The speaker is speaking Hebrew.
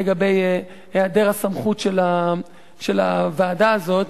לגבי היעדר הסמכות של הוועדה הזאת,